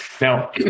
Now